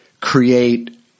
create